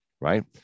right